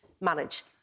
manage